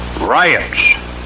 Riots